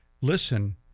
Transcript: listen